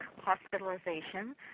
hospitalization